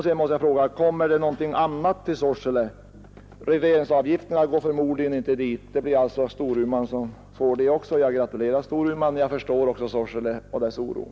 Sedan vill jag fråga: Kommer det något annat till Sorsele? Regleringsavgifterna går förmodligen inte dit. Det blir alltså Storuman som får dem också. Jag gratulerar Storuman, men jag förstår den oro man hyser i Sorsele.